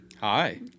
Hi